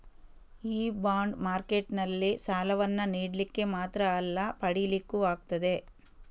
ಈ ಬಾಂಡ್ ಮಾರ್ಕೆಟಿನಲ್ಲಿ ಸಾಲವನ್ನ ನೀಡ್ಲಿಕ್ಕೆ ಮಾತ್ರ ಅಲ್ಲ ಪಡೀಲಿಕ್ಕೂ ಆಗ್ತದೆ